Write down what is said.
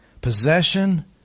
Possession